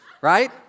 right